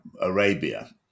Arabia